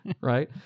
Right